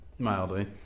Mildly